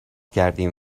کردیم